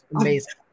amazing